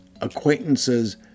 acquaintances